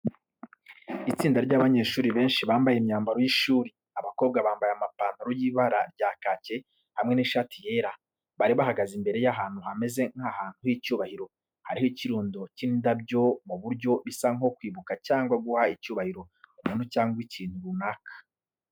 Itsinda ry'abanyeshuri benshi bambaye imyambaro y'ishuri, abakobwa bambaye amapantaro y'ibara rya kake, hamwe n'ishati yera. Bari bahagaze imbere y’ahantu hameze nk’ahantu h’icyubahiro, hariho ibirundo by’indabyo ku buryo bisa nko kwibuka cyangwa guha icyubahiro umuntu cyangwa ikintu runaka.